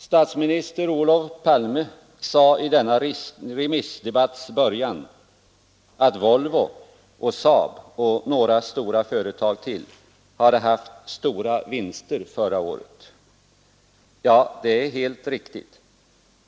Statsminister Olof Palme sade i denna remissdebatts början att Volvo och SAAB och några stora företag till hade haft stora vinster förra året. Ja, detta är riktigt.